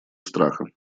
страха